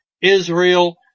Israel